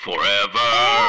Forever